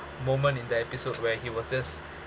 moment in the episode where he was just